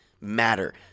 matter